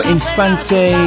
Infante